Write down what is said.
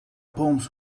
palms